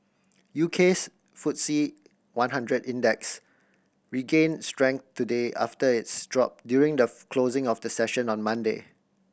U K's Footsie one hundred Index regained strength today after its drop during the closing of the session on Monday